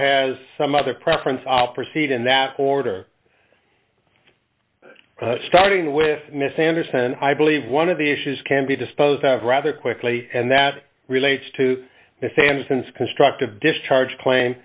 has some other preference i'll proceed in that order starting with miss anderson i believe one of the issues can be disposed of rather quickly and that relates to the samsons constructive discharge claim